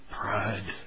pride